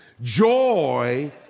Joy